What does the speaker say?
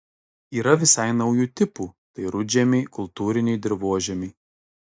yra visai naujų tipų tai rudžemiai kultūriniai dirvožemiai